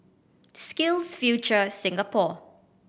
SkillsFuture Singapore